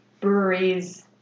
breweries